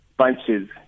bunches